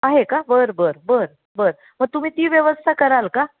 आहे का बरं बरं बरं बरं मग तुम्ही ती व्यवस्था कराल का